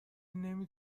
نمی